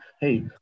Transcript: hey